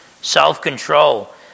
self-control